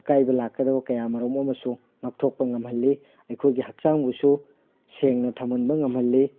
ꯑꯀꯥꯏꯕ ꯂꯥꯛꯀꯗꯕ ꯀꯌꯥ ꯑꯃꯔꯣꯝ ꯑꯃꯁꯨ ꯉꯥꯛꯊꯣꯛꯄ ꯉꯝꯍꯜꯂꯤ ꯑꯩꯈꯣꯏꯒꯤ ꯍꯛꯆꯥꯡꯕꯨꯁꯨ ꯁꯦꯡꯅ ꯊꯝꯍꯟꯕ ꯉꯝꯍꯟꯂꯤ